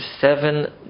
seven